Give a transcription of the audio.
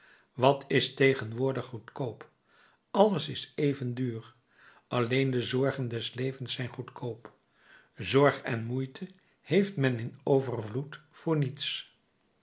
wat is tegenwoordig goedkoop alles is even duur alleen de zorgen des levens zijn goedkoop zorg en moeite heeft men in overvloed voor niets